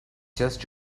just